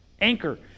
Anchor